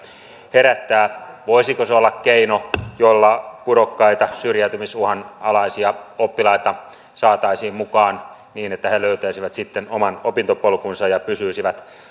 herättää voisiko se olla keino jolla pudokkaita syrjäytymisuhan alaisia oppilaita saataisiin mukaan niin että he löytäisivät sitten oman opintopolkunsa ja pysyisivät